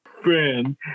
friend